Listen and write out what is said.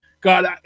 God